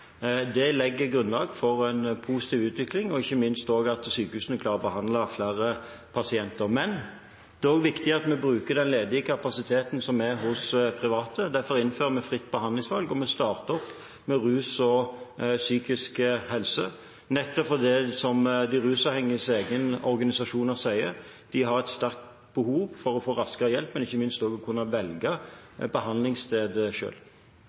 Det legger grunnlag for en positiv utvikling og ikke minst også at sykehusene klarer å behandle flere pasienter. Men det er også viktig at vi bruker den ledige kapasiteten som er hos private. Derfor innfører vi fritt behandlingsvalg, og vi starter med rusavhengige og psykisk syke, nettopp fordi − som de rusavhengiges egne organisasjoner sier − de har et sterkt behov for å få raskere hjelp og ikke minst for å kunne velge